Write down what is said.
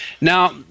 Now